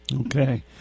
Okay